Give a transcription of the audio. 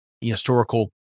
historical